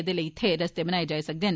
एह्दे लेई इत्थै रस्ते बनाए जाई सकदे न